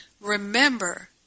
Remember